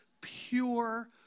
pure